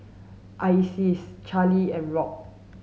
Isis Charlie and Rock